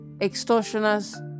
extortioners